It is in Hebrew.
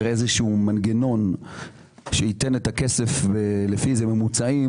איזשהו מנגנון שייתן את הכסף ולפי איזה ממוצעים,